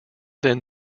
then